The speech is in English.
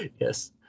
Yes